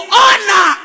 honor